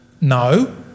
No